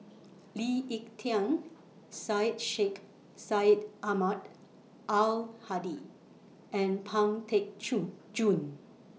Lee Ek Tieng Syed Sheikh Syed Ahmad Al Hadi and Pang Teck Chew Joon